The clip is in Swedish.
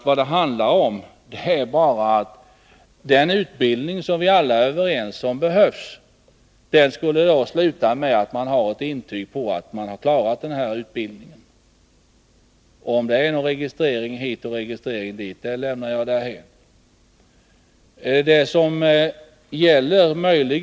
Vad det handlar om är bara att den utbildning som vi alla är överens om, skall avslutas med ett intyg på att man klarat den utbildningen. Om det är en registrering hit och registrering dit lämnar jag därhän.